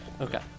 Okay